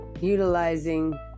Utilizing